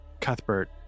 Cuthbert